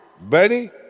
buddy